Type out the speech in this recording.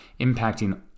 impacting